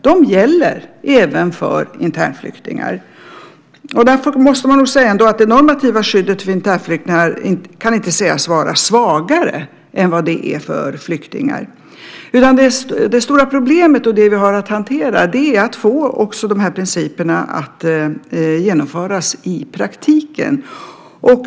De gäller även för internflyktingar. Det normativa skyddet för internflyktingar kan inte sägas vara svagare än vad det är för flyktingar. Det stora problemet och det vi har att hantera är att få de principerna att genomföras i praktiken.